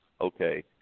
okay